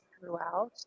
throughout